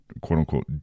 quote-unquote